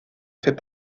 fait